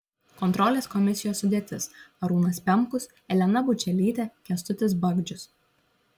kontrolės komisijos sudėtis arūnas pemkus elena bučelytė kęstutis bagdžius